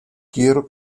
quiero